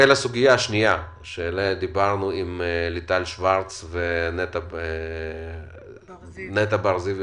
לסוגיה השנייה שעליה דיברנו עם ליטל שורץ ועם נטע בר זיו,